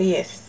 Yes